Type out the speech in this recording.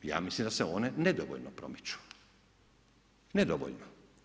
Ja mislim da se one nedovoljno promiču, nedovoljno.